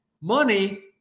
money